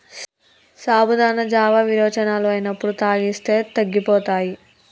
సాబుదానా జావా విరోచనాలు అయినప్పుడు తాగిస్తే తగ్గిపోతాయి